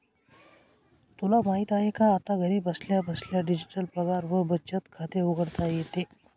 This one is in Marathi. तुला माहित आहे का? आता घरी बसल्या बसल्या डिजिटल पगार व बचत खाते उघडता येते